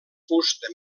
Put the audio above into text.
fusta